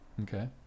okay